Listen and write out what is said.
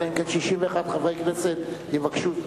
אלא אם כן 61 חברי כנסת יבקשו זאת.